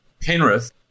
Penrith